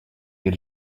you